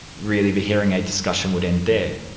really the hearing aid discussion would end there.